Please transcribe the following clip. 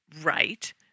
Right